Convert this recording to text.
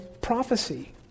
prophecy